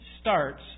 starts